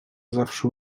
zawsze